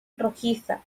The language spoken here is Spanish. rojiza